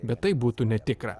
bet tai būtų netikra